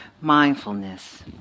mindfulness